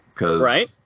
Right